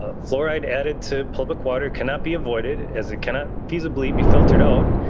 ah fluoride added to public water cannot be avoided as it cannot feasibly be filtered out.